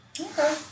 Okay